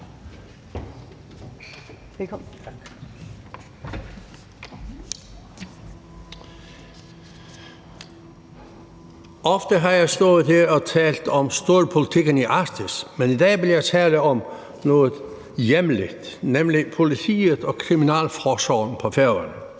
Jeg har ofte stået her og talt om storpolitikken i Arktis, men i dag vil jeg fortælle om noget hjemligt, nemlig om politiet og kriminalforsorgen på Færøerne.